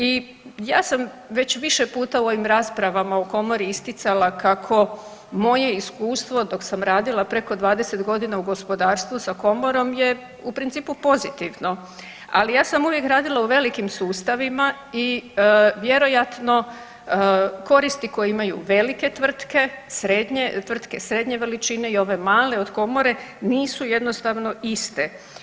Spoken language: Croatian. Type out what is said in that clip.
I ja sam već više puta u ovim raspravama u komori isticala kako moje iskustvo dok sam radila preko 20 godina u gospodarstvu sa komorom je u principu pozitivno, ali ja sam uvijek radila u velikim sustavima i vjerojatno koristi koje imaju velike tvrtke, tvrtke srednje veličine i ove male od komore nisu jednostavno iste.